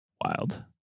Wild